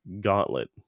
Gauntlet